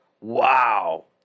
Wow